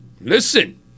listen